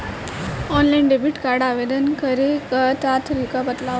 Online debit card आवेदन करे के तरीका ल बतावव?